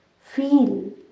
Feel